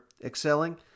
excelling